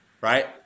Right